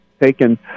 Taken